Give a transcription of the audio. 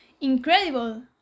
Incredible